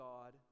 God